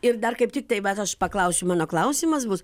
ir dar kaip tiktai vat aš paklausiu mano klausimas bus